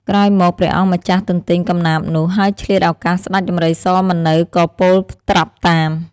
ក្រោយមក ព្រះអង្គម្ចាស់ទន្ទេញកំណាព្យនោះ ហើយឆ្លៀតឱកាសស្តេចដំរីសមិននៅក៏ពោលត្រាប់តាម ។